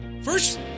First